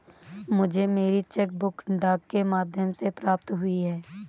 मुझे मेरी cheque book डाक के माध्यम से प्राप्त हुई है